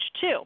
two